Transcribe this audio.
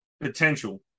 potential